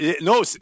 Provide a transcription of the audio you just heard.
no